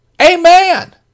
Amen